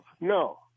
No